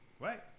right